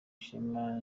ishema